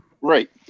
Right